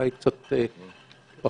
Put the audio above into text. אולי קצת פחות.